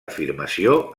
afirmació